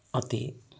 ਅਤੇ